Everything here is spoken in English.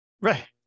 Right